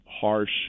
harsh